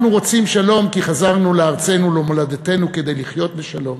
אנחנו רוצים שלום כי חזרנו לארצנו ולמולדתנו כדי לחיות בשלום,